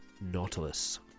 Nautilus